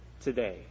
today